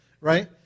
right